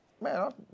man